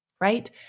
right